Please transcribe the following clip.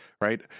right